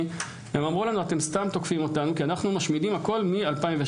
הם אמרו לנו שאנחנו סתם תוקפים אותם כי אנחנו משמידים הכול מ-2016.